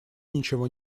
ничего